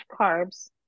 carbs